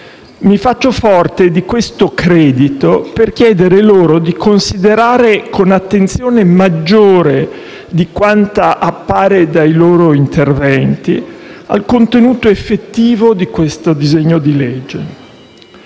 Mi faccio forte di questo credito per chiedere loro di considerare con attenzione maggiore di quanto appare dai loro interventi il contenuto effettivo del disegno di legge